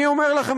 אני אומר לכם,